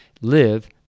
live